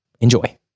Enjoy